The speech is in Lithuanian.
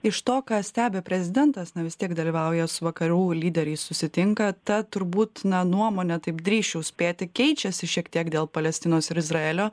iš to ką stebi prezidentas na vis tiek dalyvauja su vakarų lyderiais susitinka ta turbūt na nuomone taip drįsčiau spėti keičiasi šiek tiek dėl palestinos ir izraelio